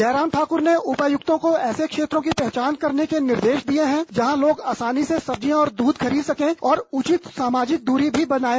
जयराम ठाकर ने उपायुक्तों को ऐसे क्षेत्रों की पहचान करने के निर्देश दिए हैं जहां लोग आसानी से सब्जियां और दूध खरीद सकें और उचित सामाजिक दूरी भी बनी रहे